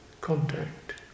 contact